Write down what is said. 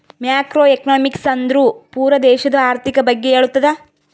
macro economics ಅಂದುರ್ ಪೂರಾ ದೇಶದು ಆರ್ಥಿಕ್ ಬಗ್ಗೆ ಹೇಳ್ತುದ